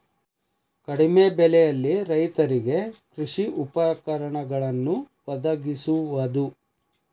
ಕಡಿಮೆ ಬೆಲೆಯಲ್ಲಿ ರೈತರಿಗೆ ಕೃಷಿ ಉಪಕರಣಗಳನ್ನು ವದಗಿಸುವದು